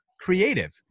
creative